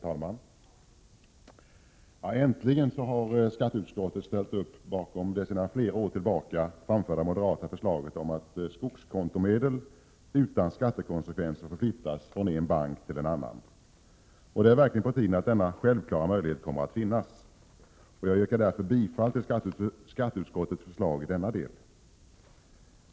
Herr talman! Äntligen har skatteutskottet ställt upp bakom det sedan flera år tillbaka framförda moderata förslaget om att skogskontomedel utan skattekonsekvenser får flyttas från en bank till en annan. Det är verkligen på tiden att denna självklara möjlighet kommer. Jag yrkar därför bifall till skatteutskottets förslag i denna del.